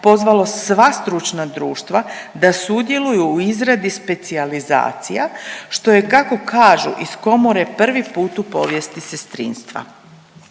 pozvalo sva stručna društva da sudjeluju u izradi specijalizacija što je kako kažu iz Komore prvi put u povijesti sestrinstva.